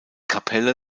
kapelle